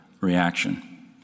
reaction